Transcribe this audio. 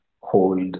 hold